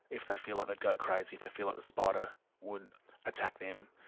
if they feel like they'd go crazy, if they feel like the spider would attack them.